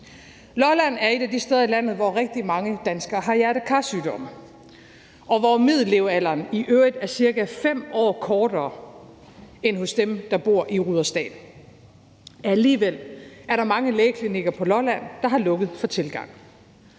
Lolland er et af de steder i landet, hvor rigtig mange danskere har hjerte-kar-sygdomme, og hvor middellevealderen i øvrigt er ca. 5 år kortere end for dem, der bor i Rudersdal. Alligevel er der mange lægeklinikker på Lolland, der har lukket for tilgang.